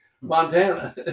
Montana